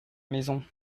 maison